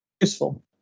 useful